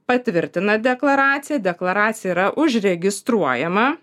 patvirtina deklaraciją deklaracija yra užregistruojama